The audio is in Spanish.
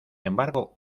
embargo